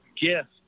gift